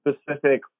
specific